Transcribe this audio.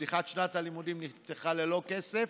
פתיחת שנת הלימודים נפתחה ללא כסף,